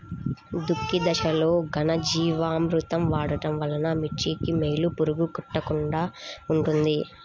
దుక్కి దశలో ఘనజీవామృతం వాడటం వలన మిర్చికి వేలు పురుగు కొట్టకుండా ఉంటుంది?